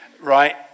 right